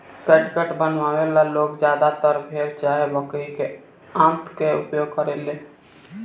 catgut बनावे वाला लोग ज्यादातर भेड़ चाहे बकरी के आंत के उपयोग करेले